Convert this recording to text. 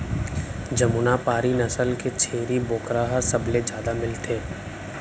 जमुना पारी नसल के छेरी बोकरा ह सबले जादा मिलथे